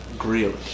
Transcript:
Grill